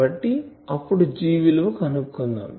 కాబట్టి ఇప్పుడు G విలువ కనుక్కుందాం